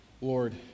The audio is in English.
Lord